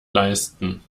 leisten